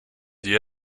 the